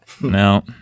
No